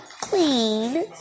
clean